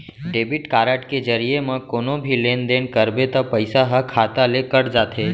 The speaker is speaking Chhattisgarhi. डेबिट कारड के जरिये म कोनो भी लेन देन करबे त पइसा ह खाता ले कट जाथे